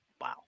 Wow